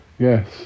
Yes